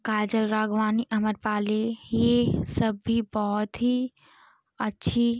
काजल राघवानी आम्रपाली ये सब भी बहुत ही अच्छी